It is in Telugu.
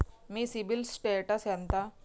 మీ సిబిల్ స్టేటస్ ఎంత?